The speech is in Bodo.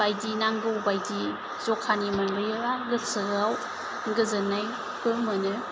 बायदि नांगौबायदि जखानि मोनबोयोबा गोसोआ गोजोननाबो मोनो